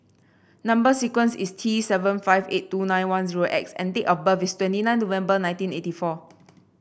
number sequence is T seven five eight two nine one zero X and date of birth is twenty nine November nineteen eighty four